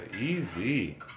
Easy